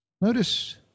Notice